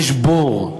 יש בור.